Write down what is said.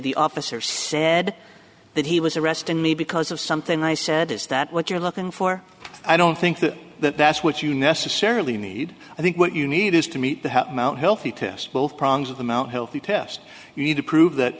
the officer said that he was arrested me because of something i said is that what you're looking for i don't think that that that's what you necessarily need i think what you need is to meet to help them out healthy test both problems of the mount healthy test you need to prove that